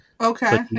Okay